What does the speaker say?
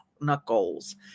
Knuckles